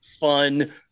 fun